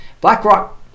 BlackRock